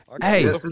hey